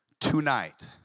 Tonight